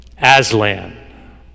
Aslan